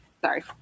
sorry